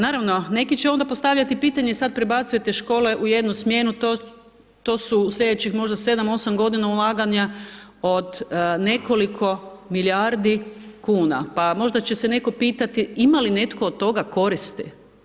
Naravno neki će onda postavljati pitanje sad prebacujete škole u jednu smjenu, to su u slijedećih možda 7, 8 g. ulaganja od nekoliko milijardi kuna pa možda će se netko pitati ima li netko od toga koristi.